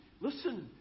Listen